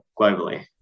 globally